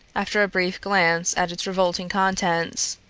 after a brief glance at its revolting contents,